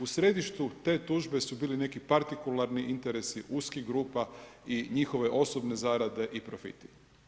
U središtu te tužbe su bili neki partikularni interesi uskih grupa i njihove osobne zarade i profiti.